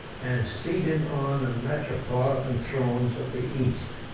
and seated on the metropolitan thrones of the east.